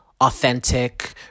authentic